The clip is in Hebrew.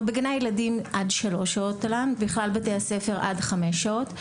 בגני הילדים עד שלוש שעות תל"ן ובכלל בתי הספר עד חמש שעות.